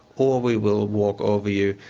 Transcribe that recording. or we will walk over you',